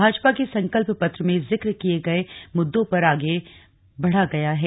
भाजपा के संकल्प पत्र में जिक्र किये गए मुद्दों पर आगे बढ़ा गया है